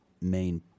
main